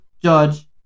Judge